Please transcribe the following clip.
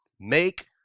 make